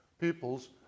peoples